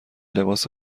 لباس